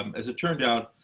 um as it turned out,